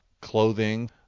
clothing